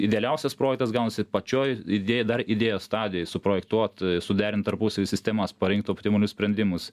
idealiausias projektas gaunasi pačioj idėj dar idėjos stadijoj suprojektuot suderint tarpusavy sistemas parinkt optimalius sprendimus